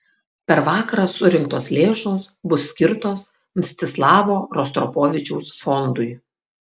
per vakarą surinktos lėšos bus skirtos mstislavo rostropovičiaus fondui